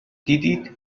دیدید